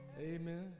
Amen